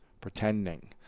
pretending